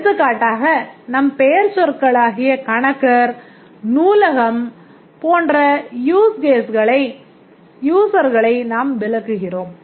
எடுத்துக்காட்டாக நம் பெயர்சொற்களாகிய கணக்கர் நூலகம் போன்ற யூசர்களை நாம் விலக்குகிறோம்